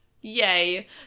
Yay